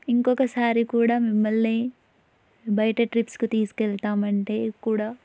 ఇంకొకసారి కూడా మిమ్మల్ని బయట ట్రిప్స్కి తీసుకు వెళ్తాం అంటే కూడా